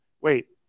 wait